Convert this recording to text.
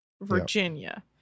Virginia